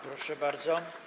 Proszę bardzo.